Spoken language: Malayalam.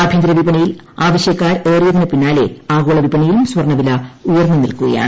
ആഭ്യന്തരവിപണിയിൽ ആവശ്യക്കാരേറിയതിനു പിന്നാലെ ആഗോളവിപണിയിലും സ്വർണവില ഉയർന്നു നിൽക്കുകയാണ്